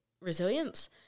resilience